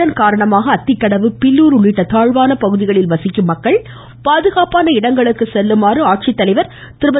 இதன் காரணமாக அத்திக்கடவு பில்லூர் உள்ளிட்ட தாழ்வான பகுதிகளில் வசிக்கும் மக்கள் பாதுகாப்பான இடங்களுக்கு செல்லுமாறு ஆட்சித்தலைவர் திருமதி